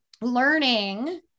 learning